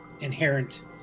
inherent